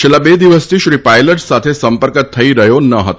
છેલ્લા બે દિવસથી શ્રી પાયલટ સાથે સંપર્ક થઈ રહ્યો ન હતો